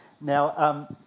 Now